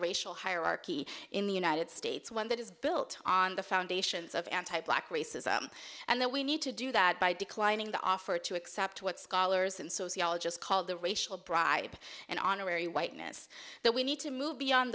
racial hierarchy in the united states one that is built on the foundations of anti black racism and that we need to do that by declining the offer to accept what scholars and sociologists call the racial bribe and honorary whiteness that we need to move beyond